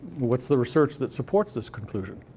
what's the research that supports this conclusion?